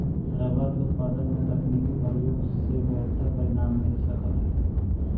rubber के उत्पादन में तकनीकी प्रयोग से बेहतर परिणाम मिल सकऽ हई